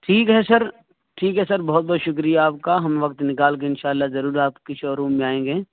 ٹھیک ہے سر ٹھیک ہے سر بہت بہت شکریہ آپ کا ہم وقت نکال کے ان شاء اللہ ضرور آپ کی شو روم میں آئیں گے